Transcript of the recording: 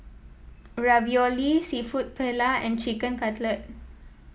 Ravioli seafood Paella and Chicken Cutlet